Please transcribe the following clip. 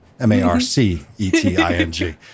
M-A-R-C-E-T-I-N-G